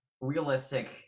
realistic